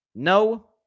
No